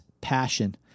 Passion